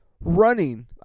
Running